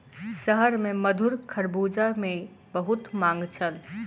शहर में मधुर खरबूजा के बहुत मांग छल